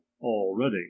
already